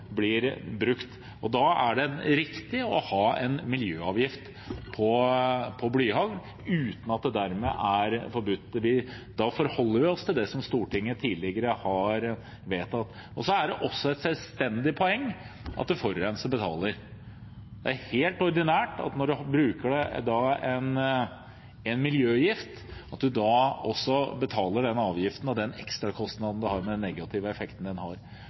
blir brukt. Da er det riktig å ha en miljøavgift på blyhagl uten at det dermed er forbudt. Da forholder vi oss til det Stortinget tidligere har vedtatt. Så er det også et selvstendig poeng at forurenser betaler. Det er helt ordinært at når man bruker en miljøgift, betaler man en avgift og tar den ekstrakostnaden på grunn av den negative effekten det har. Blyhagl er noe av den største spredningskilden som vi får i Norge. Det er den største spredningskilden vi har